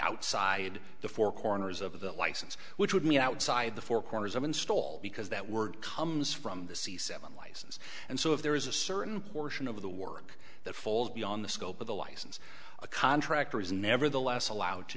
outside the four corners of the license which would mean outside the four corners of install because that word comes from the c seven license and so if there is a certain portion of the work that falls beyond the scope of the license a contractor is nevertheless allowed to